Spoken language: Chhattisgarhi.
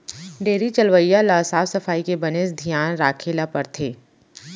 डेयरी चलवइया ल साफ सफई के बनेच धियान राखे ल परथे